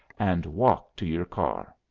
and walk to your car.